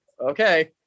okay